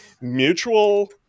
mutual